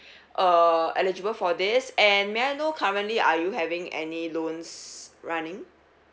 uh eligible for this and may I know currently are you having any loans running